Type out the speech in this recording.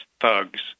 thugs